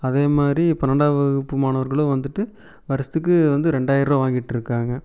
அதே மாதிரி பன்னெரெண்டாம் வகுப்பு மாணவர்களும் வந்துட்டு வருஷத்துக்கு வந்து ரெண்டாயர ரூவா வாங்கிட்டுருக்காங்க